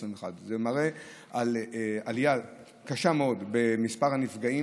21. זה מראה עלייה קשה מאוד במספר הנפגעים